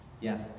Yes